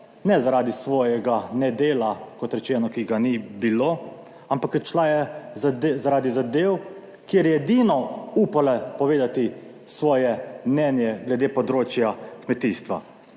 Ne zaradi svojega ne dela, kot rečeno, ki ga ni bilo, ampak odšla je zaradi zadev, kjer je edino upala povedati svoje mnenje glede področja kmetijstva.